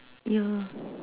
yeah